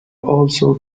also